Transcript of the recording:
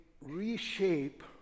reshape